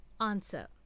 Answer